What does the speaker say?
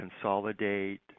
consolidate